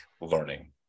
learning